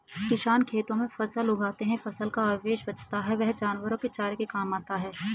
किसान खेतों में फसल उगाते है, फसल का अवशेष बचता है वह जानवरों के चारे के काम आता है